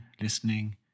listening